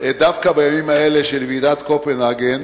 דווקא בימים האלה של ועידת קופנהגן.